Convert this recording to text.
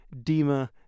Dima